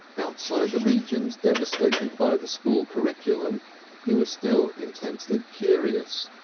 outside the regions devastated by the school curriculum he was still intensely curious.